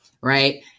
right